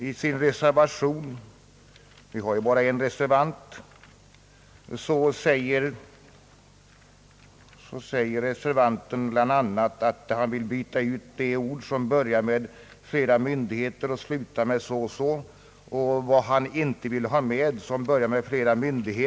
I sin reservation — vi har bara en reservant — säger reservanten bl.a., att han vill byta ut det avsnitt under rubriken Utskottet som börjar med orden »Flera myndigheter» och som slutar med orden »till känna».